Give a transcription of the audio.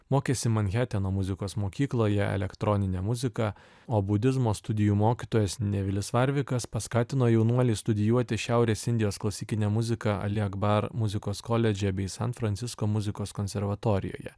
mokėsi manheteno muzikos mokykloje elektroninę muziką o budizmo studijų mokytojas nevilis varvikas paskatino jaunuolį studijuoti šiaurės indijos klasikinę muziką ali akbar muzikos koledže bei san francisko muzikos konservatorijoje